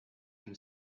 him